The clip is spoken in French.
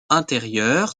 intérieur